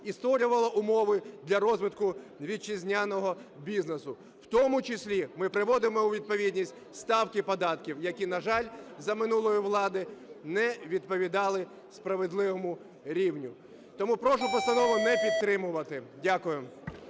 і створювала умови для розвитку вітчизняного бізнесу. В тому числі, ми приводимо у відповідність ставки податків, які, на жаль, за минулої влади не відповідали справедливому рівню. Тому прошу постанову не підтримувати. Дякую.